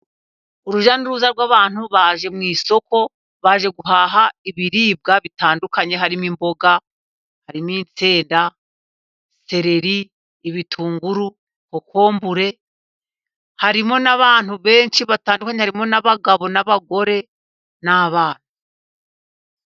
urujya n'uruza rw'abantu baje mu isoko, baje guhaha ibiribwa bitandukanye. Harimo imboga, harimo imiteja, sereri, ibitunguru, kokombure, harimo n'abantu benshi batandukanye. Harimo n'abagabo n'abagore n'abana.